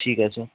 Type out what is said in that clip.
ঠিক আছে